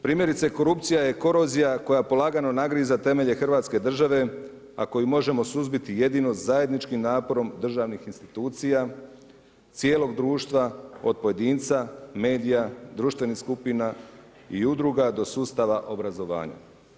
Primjerice korupcija je korozija koja polagano nagriza temelje hrvatske države a koju možemo suzbiti jedino zajedničkim naporom državnih institucija cijelog društva od pojedinca, medija, društvenih skupina i udruga do sustava obrazovanja.